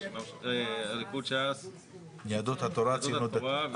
יהדות התורה,